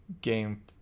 game